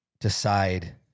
decide